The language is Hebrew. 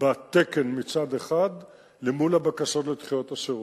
בתקן למול הבקשות לדחיית השירות.